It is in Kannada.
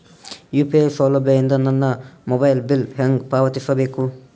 ಯು.ಪಿ.ಐ ಸೌಲಭ್ಯ ಇಂದ ನನ್ನ ಮೊಬೈಲ್ ಬಿಲ್ ಹೆಂಗ್ ಪಾವತಿಸ ಬೇಕು?